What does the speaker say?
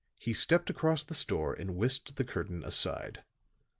he stepped across the store and whisked the curtain aside.